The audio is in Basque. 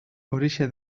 horixe